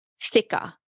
thicker